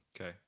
Okay